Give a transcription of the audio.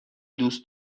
دوست